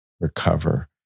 recover